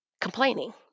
complaining